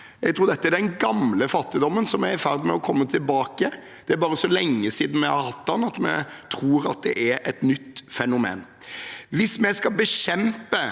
Jeg tror dette er den gamle fattigdommen som er i ferd med å komme tilbake. Det er bare så lenge siden vi har hatt den, at vi tror det er et nytt fenomen. Hvis vi skal bekjempe